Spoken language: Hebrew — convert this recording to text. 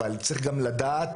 אבל צריך גם לדעת